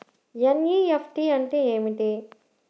NEFT అంటే ఏమిటీ?